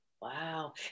Wow